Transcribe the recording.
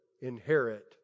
inherit